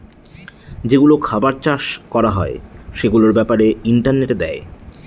যেগুলো খাবার চাষ করা হয় সেগুলোর ব্যাপারে ইন্টারনেটে দেয়